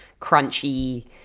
crunchy